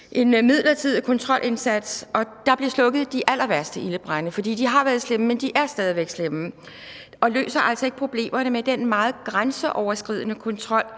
en midlertidig kontrolindsats. Og dér blev de allerværste ildebrande slukket, for de har været slemme, men de er stadig væk slemme. Og det løser altså ikke problemerne med den meget grænseoverskridende kontrol,